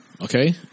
Okay